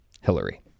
Hillary